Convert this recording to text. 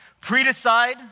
pre-decide